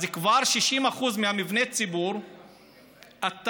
אז כבר 60% ממבני הציבור אתה,